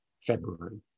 February